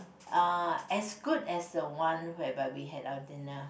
uh as good as the one whereby we had our dinner